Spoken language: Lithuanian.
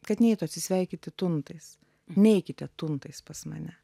kad neitų atsisveikinti tuntais neikite tuntais pas mane